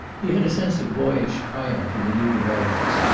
he had a sense of boyish triumph in the new developments,